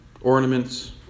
ornaments